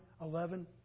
eleven